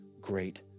great